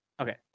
okay